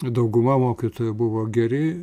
ir dauguma mokytojų buvo geri